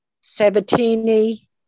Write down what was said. Sabatini